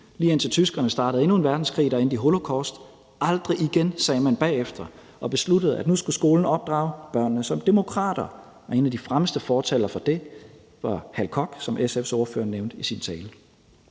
lige indtil tyskerne startede endnu en verdenskrig, der endte i holocaust. »Aldrig igen«, sagde man bagefter og besluttede, at nu skulle skolen opdrage børnene som demokrater, og en af de fremmeste fortalere for det var Hal Koch, som SF's ordfører nævnte i sin tale.